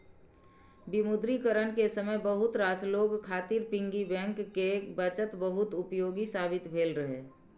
विमुद्रीकरण के समय बहुत रास लोग खातिर पिग्गी बैंक के बचत बहुत उपयोगी साबित भेल रहै